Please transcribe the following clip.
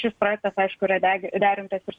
šis projektas aišku yra deg derintas ir